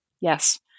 Yes